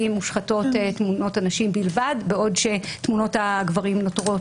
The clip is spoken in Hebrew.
מושחתות תמונות הנשים בלבד בעוד שתמונות הגברים נותרות